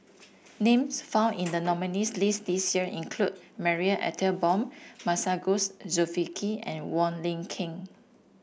names found in the nominees' list this year include Marie Ethel Bong Masagos Zulkifli and Wong Lin Ken